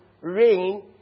rain